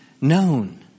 known